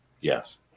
yes